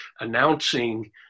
announcing